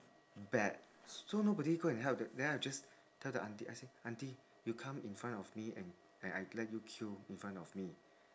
bad so nobody go and help then I just tell the aunty I said aunty you come in front of me and and I let you queue in front of me